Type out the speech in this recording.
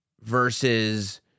versus